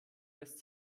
lässt